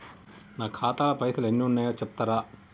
నా ఖాతా లా పైసల్ ఎన్ని ఉన్నాయో చెప్తరా?